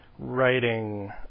Writing